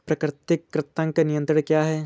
प्राकृतिक कृंतक नियंत्रण क्या है?